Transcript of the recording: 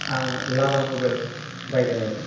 आं लाभा मबाइल बायदोंमोन